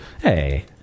Hey